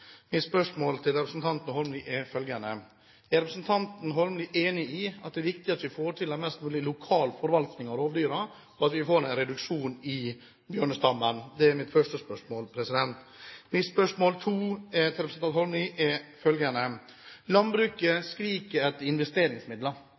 Mitt spørsmål til representanten Holmelid er følgende: Er representanten Holmelid enig i at det er viktig at vi får til en mest mulig lokal forvaltning av rovdyrene, og at vi får en reduksjon i bjørnestammen? Det er mitt første spørsmål. Mitt spørsmål nummer to til representanten Holmelid går på følgende: Landbruket